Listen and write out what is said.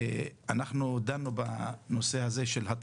אנחנו ממשיכים לדון בנושא שדנו בו בשבוע שעבר,